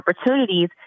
opportunities